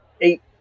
eight